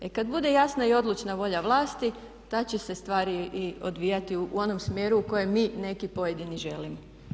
E kada bude jasna i odlučna volja vlasti tada će se stvari i odvijati u onom smjeru u kojem mi neki pojedini želimo.